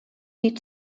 die